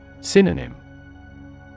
Synonym